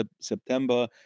September